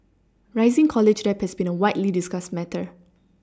rising college debt has been a widely discussed matter